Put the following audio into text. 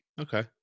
Okay